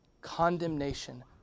Condemnation